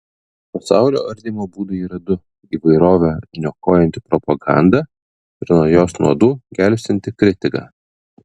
pasaulio ardymo būdai yra du įvairovę niokojanti propaganda ir nuo jos nuodų gelbstinti kritika